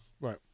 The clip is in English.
right